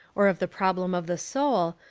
or of the problem of the soul,